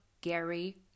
Gary